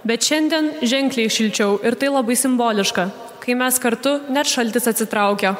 bet šiandien ženkliai šilčiau ir tai labai simboliška kai mes kartu net šaltis atsitraukia